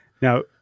Now